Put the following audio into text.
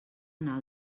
anar